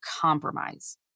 compromise